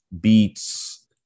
beats